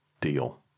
Deal